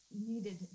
needed